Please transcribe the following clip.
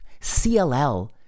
CLL